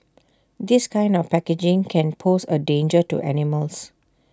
this kind of packaging can pose A danger to animals